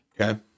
Okay